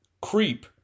Creep